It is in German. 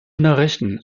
nachrichten